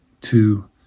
two